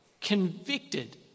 convicted